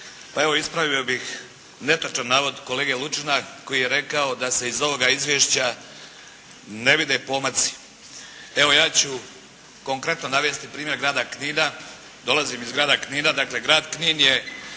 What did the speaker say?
Pa evo ispravio bih netočan navod kolege Lučina koji je rekao da se iz ovoga izvješća ne vide pomaci. Evo ja ću konkretno navesti primjer grada Knina. Dolazim iz grada Knina. Dakle grad Knin je